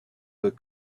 look